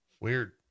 Weird